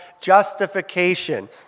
justification